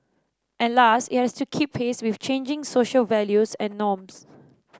and last it has to keep pace with changing social values and norms